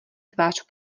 tvář